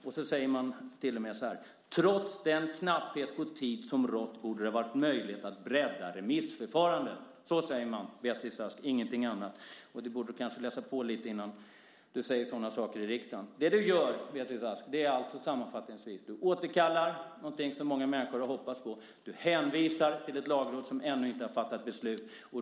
Det framgår att trots den knapphet på tid som har rått borde det ha varit möjligt att bredda remissförfarandet. Så säger man, Beatrice Ask. Ingenting annat. Du borde kanske läsa på lite innan du säger sådana saker i riksdagen. Vad du gör, Beatrice Ask, är sammanfattningsvis: Du återkallar något som många människor har hoppats på. Du hänvisar till ett lagråd som ännu inte har fattat beslut.